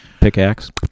pickaxe